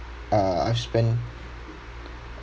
uh I spent